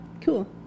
cool